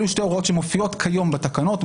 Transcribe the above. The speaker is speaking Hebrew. אלה שתי ההוראות שמופיעות כיום בתקנות,